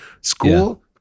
School